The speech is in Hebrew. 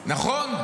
נכונה.